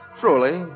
truly